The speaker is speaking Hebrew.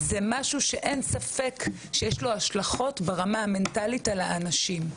זה משהו שאין ספק שיש לו השלכות ברמה המנטלית על האנשים.